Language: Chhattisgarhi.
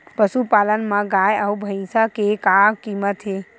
पशुपालन मा गाय अउ भंइसा के का कीमत हे?